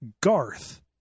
Garth